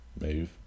move